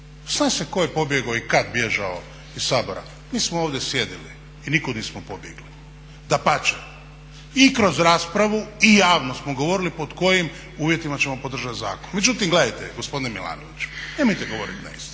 Zna se tko je pobjegao i kad bježao iz Sabora, mi smo ovdje sjedili i nikud nismo pobjegli. Dapače, i kroz raspravu i javno smo govorili pod kojim uvjetima ćemo podržat zakon. Međutim gledajte gospodine Milanoviću, nemojte govorit neistine,